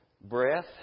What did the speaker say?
breath